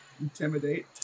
intimidate